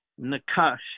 nakash